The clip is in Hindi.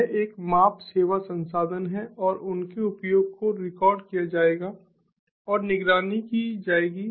यह एक माप सेवा संसाधन है और उनके उपयोग को रिकॉर्ड किया जाएगा और निगरानी की जाएगी